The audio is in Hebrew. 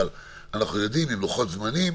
אבל אנחנו יודעים לוחות זמנים.